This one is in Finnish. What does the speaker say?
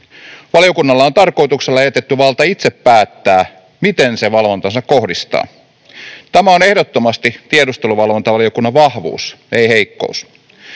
Valiokunnalle on tarkoituksella jätetty valta itse päättää, miten se valvontansa kohdistaa. Tämä on ehdottomasti tiedusteluvalvontavaliokunnan vahvuus, ei heikkous.